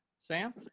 sam